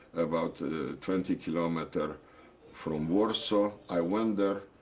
about twenty kilometers from warsaw. i went there.